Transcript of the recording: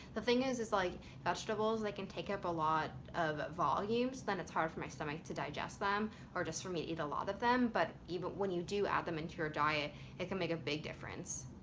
the thing is is like vegetables, they can take up a lot of volume so then it's hard for my stomach to digest them or just for me to eat a lot of them but even when you do add them into your diet it can make a big difference.